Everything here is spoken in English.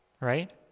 Right